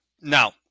Now